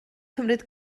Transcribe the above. cymryd